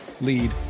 lead